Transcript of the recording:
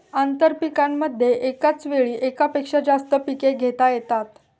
आंतरपीकांमध्ये एकाच वेळी एकापेक्षा जास्त पिके घेता येतात